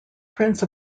prince